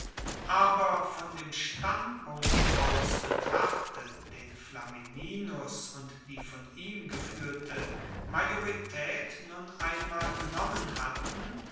aber von dem standpunkt aus betrachtet den flamininus und die von ihm gefuehrte majoritaet nun einmal genommen hatten